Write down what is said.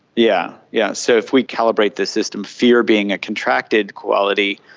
yeah yeah so if we calibrate this system, fear being a contracted quality,